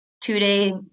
two-day